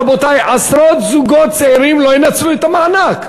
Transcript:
רבותי, עשרות זוגות צעירים לא ינצלו את המענק.